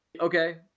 Okay